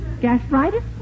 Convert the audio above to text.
gastritis